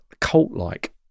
cult-like